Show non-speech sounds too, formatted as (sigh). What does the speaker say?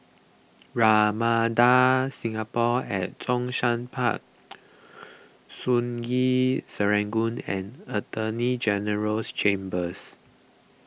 Ramada Singapore at Zhongshan Park (noise) Sungei Serangoon and Attorney General's Chambers